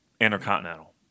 Intercontinental